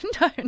No